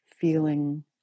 feeling